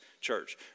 church